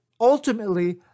ultimately